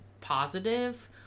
positive